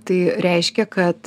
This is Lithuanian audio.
tai reiškia kad